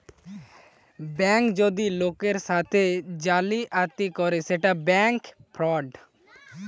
bank যদি লোকের সাথে জালিয়াতি করে সেটা ব্যাঙ্ক ফ্রড